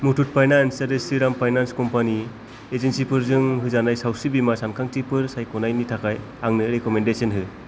Muthoot finance जेरै Shriram finance company एजेन्सिफोरजों होजानाय सावस्रि बीमा सानखांथिफोर सायख'नायनि थाखाय आंनो रेकमेन्देसनफोर हो